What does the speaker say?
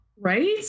Right